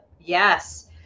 yes